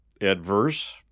adverse